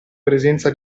presenza